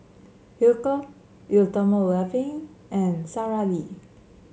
Hilker Eau Thermale Avene and Sara Lee